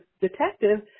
detective